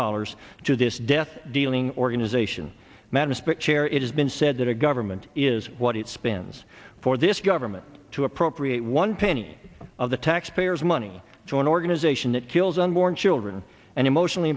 dollars to this death dealing organization madness but chair it has been said that a government is what it spends for this government to appropriate one penny of the taxpayers money to an organization that kills unborn children and emotionally